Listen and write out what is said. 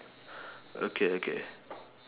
okay okay